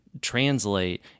translate